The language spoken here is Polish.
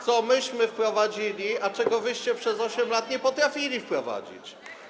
co myśmy wprowadzili, a czego wy przez 8 lat nie potrafiliście wprowadzić?